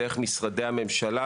תהיה דרך משרדי הממשלה.